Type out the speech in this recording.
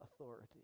authority